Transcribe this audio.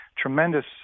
tremendous